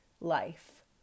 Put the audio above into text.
life